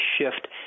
shift